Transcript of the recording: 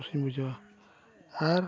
ᱠᱩᱥᱤᱧ ᱵᱩᱡᱷᱟᱹᱣᱟ ᱟᱨ